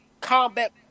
combat